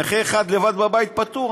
נכה אחד לבד בבית פטור?